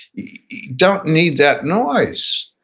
you don't need that noise